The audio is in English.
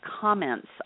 comments